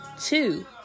Two